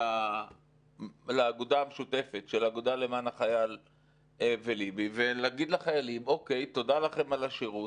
לאגודה המשותפת ולומר לחיילים תודה לכם על השירות,